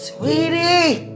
Sweetie